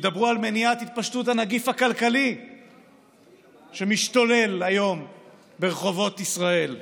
שידברו על מניעת התפשטות הנגיף הכלכלי שמשתולל היום ברחובות ישראל.